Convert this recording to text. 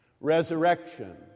resurrection